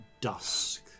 dusk